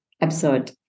absurd